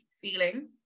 feeling